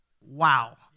Wow